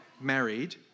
married